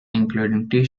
including